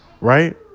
Right